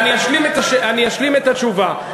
ואני אשלים את התשובה.